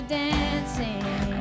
dancing